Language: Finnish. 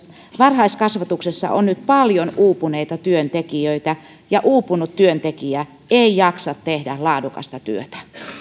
varhaiskasvatuksessa on nyt paljon uupuneita työntekijöitä ja uupunut työntekijä ei jaksa tehdä laadukasta työtä